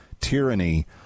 tyranny